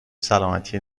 سلامتی